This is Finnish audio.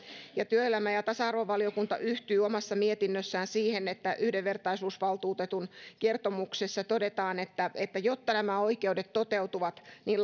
ja työelämä ja tasa arvovaliokunta yhtyy omassa mietinnössään siihen että yhdenvertaisuusvaltuutetun kertomuksessa todetaan että että jotta nämä oikeudet toteutuvat niin